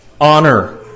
honor